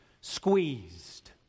Squeezed